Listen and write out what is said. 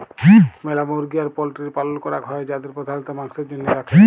ম্যালা মুরগি আর পল্ট্রির পালল ক্যরাক হ্যয় যাদের প্রধালত মাংসের জনহে রাখে